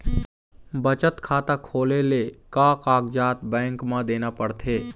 बचत खाता खोले ले का कागजात बैंक म देना पड़थे?